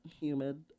humid